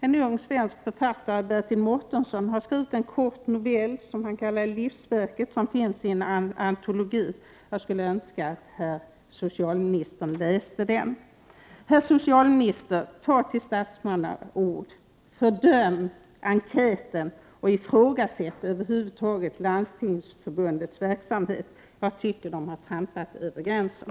En ung svensk författare, Bertil Mårtensson, har skrivit en kort novell som han kallar Livsverket. Den finns i en antologi. Jag skulle önska att herr socialministern läste den. Herr socialminister! Ta till statsmannaord! Fördöm enkäten och ifrågasätt över huvud taget Landstingsförbundets verksamhet. Jag tycker att man har trampat över gränsen.